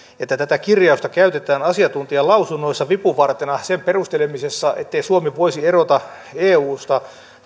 että tätä kirjausta käytetään asiantuntijalausunnoissa vipuvartena sen perustelemisessa ettei suomi voisi erota eusta